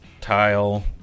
tile